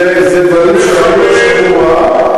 זה דברים שקרו השבוע,